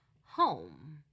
home